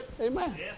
Amen